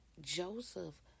Joseph